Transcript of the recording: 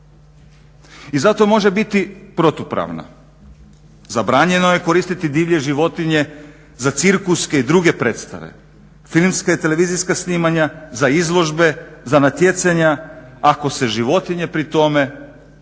I zato može biti protupravna. Zabranjeno je koristiti divlje životinje za cirkuske i druge predstave, filmska i televizijska snimanja, za izložbe, za natjecanja ako se životinje pri tome